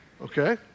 Okay